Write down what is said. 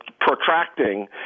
protracting